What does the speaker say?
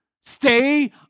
stay